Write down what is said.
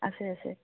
আছে আছে